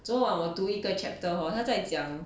昨晚我读一个 chapter hor 他在讲